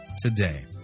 today